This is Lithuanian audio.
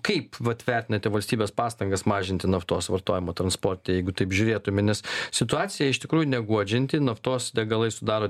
kaip vat vertinate valstybės pastangas mažinti naftos vartojimą transporte jeigu taip žiūrėtume nes situacija iš tikrųjų neguodžianti naftos degalai sudaro